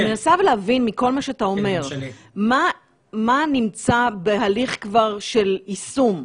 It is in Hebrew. אני מנסה להבין מכל מה שאתה אומר מה נמצא בהליך כבר של יישום.